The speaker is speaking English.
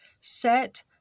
Set